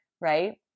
right